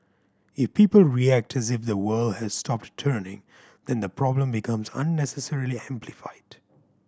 if people react as if the world has stopped turning then the problem becomes unnecessarily amplified